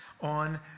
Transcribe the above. on